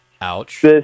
Ouch